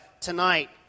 tonight